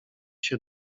się